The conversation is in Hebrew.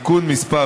(תיקון מס'